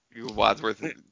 Wadsworth